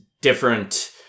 different